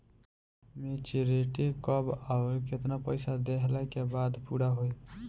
Maturity कब आउर केतना पईसा देहला के बाद पूरा होई?